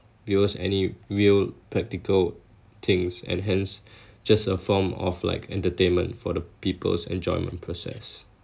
viewers any real practical things and hence just a form of like entertainment for the people's enjoyment process